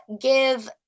give